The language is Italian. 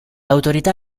autorità